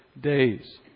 days